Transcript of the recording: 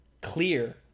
clear